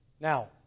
Now